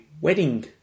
wedding